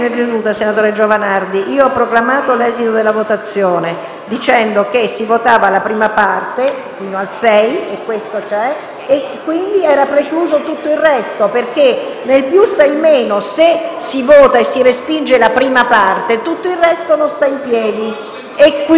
seduta, senatore Giovanardi. Io ho proclamato l'esito della votazione, dicendo che si votava la prima parte, fino alle parole: «dall'articolo 6», e, quindi, era precluso tutto il resto, perché nel più sta il meno. Se si vota e si respinge la prima parte, tutto il resto non sta in piedi e, quindi,